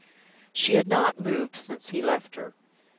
she had not moved since he left her.